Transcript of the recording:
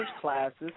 classes